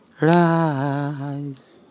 rise